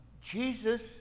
Jesus